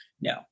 No